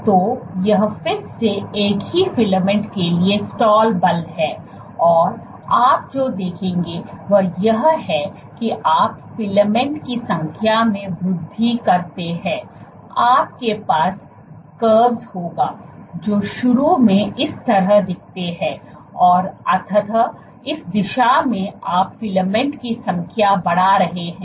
तो यह फिर से एक ही फिलामेंट के लिए स्टाल बल है और आप जो देखेंगे वह यह है कि आप फिलामेंट्स की संख्या में वृद्धि करते हैं आपके पास कवॅस होगा जो शुरू में इस तरह दिखते हैं और अंततः इस दिशा में आप फिलामेंट्स की संख्या बढ़ा रहे हैं